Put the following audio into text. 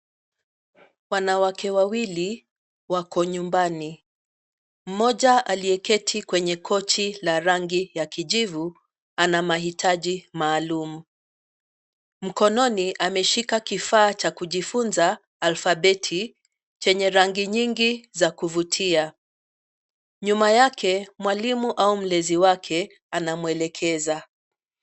Wanawake wawili wako nyumbani. Aliyeketi kwenye kochi la rangi ya kijivu ana mahitaji maalumu. Mkononi ameshika kifaa cha kujifunza alfabeti chenye rangi nyingi za kuvutia. Nyuma yake mwalimu au mlezi wake anamwelekeza.